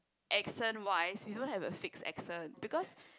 accent wise we don't have a fixed accent because